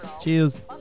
Cheers